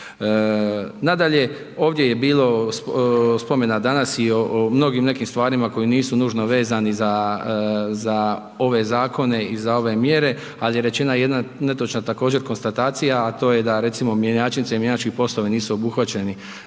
Nadalje, ovdje je bilo spomena danas i o mnogim nekim stvarima koje nisu nužno vezani za ove zakone i za ove mjere, al je rečena jedna netočna također konstatacija, a to je da recimo mjenjačnice i mjenjački poslovi nisu obuhvaćeni,